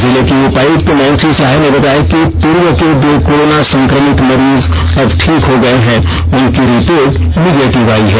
जिले की उपायुक्त नैंसी सहाय ने बताया कि पूर्व के दो कोरोना संक्रमित मरीज अब ठीक हो गए हैं उनकी रिपोर्ट निगेटिव आयी है